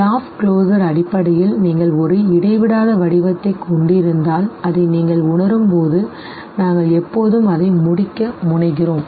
law of closure அடிப்படையில் நீங்கள் ஒரு இடைவிடாத வடிவத்தைக் கொண்டிருந்தால் அதை நீங்கள் உணரும்போது நாங்கள் எப்போதும் அதை முடிக்க முனைகிறோம் சரி